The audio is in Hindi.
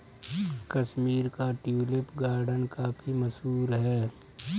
कश्मीर का ट्यूलिप गार्डन काफी मशहूर है